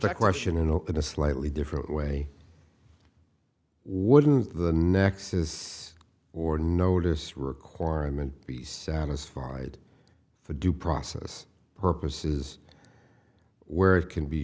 the question in open a slightly different way wouldn't the next is or notice requirement be satisfied for due process purposes where it can be